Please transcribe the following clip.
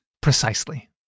Precisely